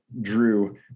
Drew